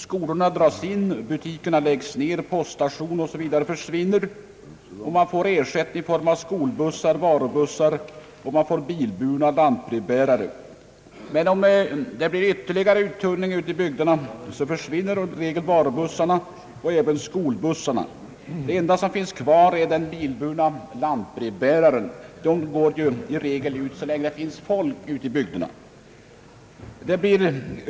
Skolorna dras in, butikerna läggs ned, poststationer m.m. försvinner och man får ersättning i form av skolbussar och varubussar samt bilburna lantbrevbärare. Men om befolkningen ytterligare tunnas ut försvinner i regel varubussarna och skolbussarna. Det enda som blir kvar är de bilburna lantbrevbärarna, som ju i regel går ut på sina postutbärningsturer så länge det finns folk ute i bygderna.